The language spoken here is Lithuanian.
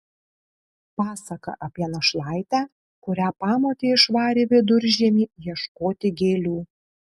pasaka apie našlaitę kurią pamotė išvarė viduržiemį ieškoti gėlių